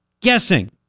Guessing